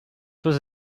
was